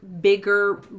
bigger